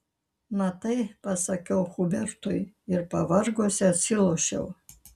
matai pasakiau hubertui ir pavargusi atsilošiau